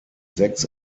sechs